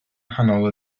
nghanol